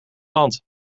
land